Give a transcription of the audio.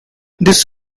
this